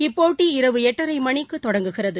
இப்போட்டி இரவு எட்டரை மணிக்கு தொடங்குகிறது